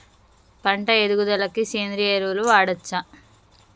పంట ఎదుగుదలకి సేంద్రీయ ఎరువులు వాడచ్చా?